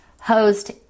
Host